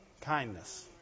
kindness